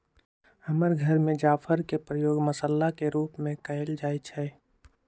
हमर घर में जाफर के प्रयोग मसल्ला के रूप में कएल जाइ छइ